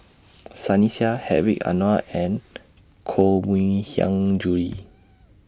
Sunny Sia Hedwig Anuar and Koh Mui Hiang Julie